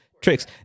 tricks